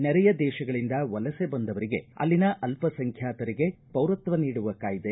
ನೆರೆಯ ದೇಶಗಳಿಂದ ವಲಸೆ ಬಂದವರಿಗೆ ಅಲ್ಲಿನ ಅಲ್ಲಸಂಖ್ಯಾತರಿಗೆ ಪೌರತ್ವ ನೀಡುವ ಕಾಯ್ದೆ